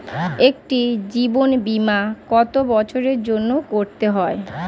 একটি জীবন বীমা কত বছরের জন্য করতে হয়?